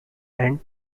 and